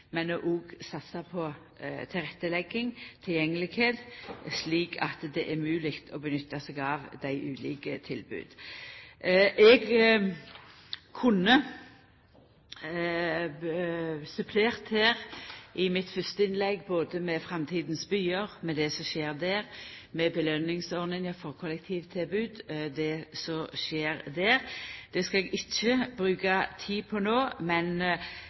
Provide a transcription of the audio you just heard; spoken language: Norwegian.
satsa på tilrettelegging og tilgjengelegheit, slik at det er mogleg å gjera seg nytte av dei ulike tilboda. Eg kunne supplert mitt fyrste innlegg både med Framtidens byer og det som skjer der, og med belønningsordninga for kollektivtilbod og det som skjer der. Det skal eg ikkje bruka tid på no, men